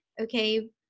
okay